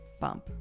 bump